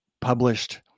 published